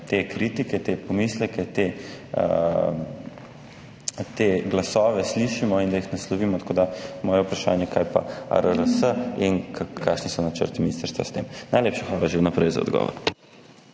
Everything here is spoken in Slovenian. da te kritike, te pomisleke, te glasove slišimo in da jih naslovimo, zato tudi moje vprašanje, kaj je z ARRS in kakšni so načrti ministrstva. Najlepša hvala že vnaprej za odgovor.